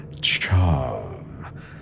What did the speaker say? charm